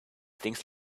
things